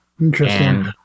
Interesting